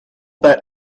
that